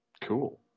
cool